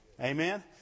Amen